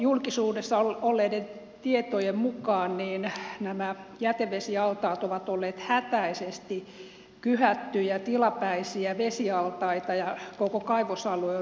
julkisuudessa olleiden tietojen mukaan nämä jätevesialtaat ovat olleet hätäisesti kyhättyjä tilapäisiä vesialtaita ja koko kaivosalue on niitä täynnä